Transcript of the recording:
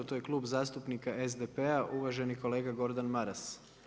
To je Klub zastupnika SDP-a uvaženi kolega Gordan Maras.